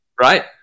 Right